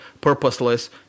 purposeless